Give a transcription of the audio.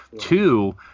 Two